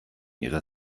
ihre